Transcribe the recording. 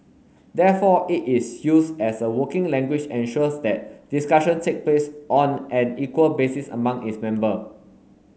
therefore it is use as a working language ensures that discussion take place on an equal basis among its member